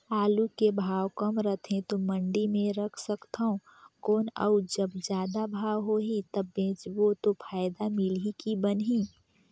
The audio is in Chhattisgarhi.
आलू के भाव कम रथे तो मंडी मे रख सकथव कौन अउ जब जादा भाव होही तब बेचबो तो फायदा मिलही की बनही?